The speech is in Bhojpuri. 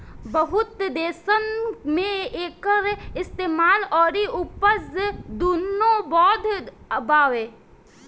बहुत देसन मे एकर इस्तेमाल अउरी उपज दुनो बैध बावे